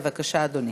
בבקשה, אדוני.